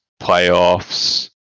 playoffs